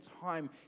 time